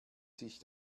sich